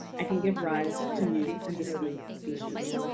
and can give rise to new and distinct species.